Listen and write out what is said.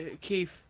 Keith